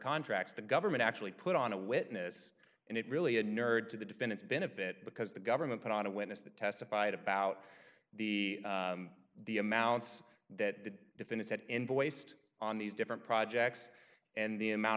contracts the government actually put on a witness and it really a nerd to the defense benefit because the government put on a witness that testified about the the amounts that definit had invoiced on these different projects and the amount